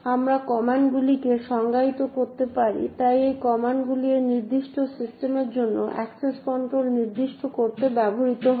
আমরা কমান্ডগুলিকে সংজ্ঞায়িত করতে পারি তাই এই কমান্ডটি সেই নির্দিষ্ট সিস্টেমের জন্য অ্যাক্সেস কন্ট্রোল নির্দিষ্ট করতে ব্যবহৃত হয়